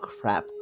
Crap